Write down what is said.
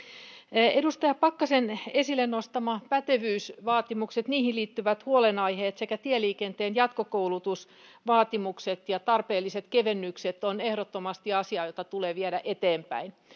edustaja pakkasen esille nostamat pätevyysvaatimukset niihin liittyvät huolenaiheet sekä tieliikenteen jatkokoulutusvaatimukset ja tarpeelliset kevennykset ovat ehdottomasti asioita joita tulee viedä eteenpäin